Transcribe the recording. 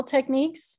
techniques